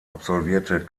absolvierte